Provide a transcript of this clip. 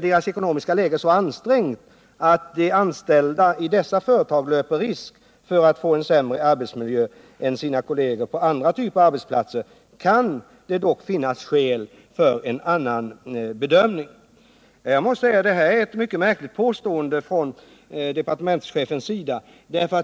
deras ekonomiska läge så ansträngt att de anställda i dessa företag löper risken att få en sämre arbetsmiljö än sina kolleger på andra typer av arbetsplatser kan det dock finnas skäl till en annan bedömning.” Det här är ett mycket märkligt påstående från departementschefens sida.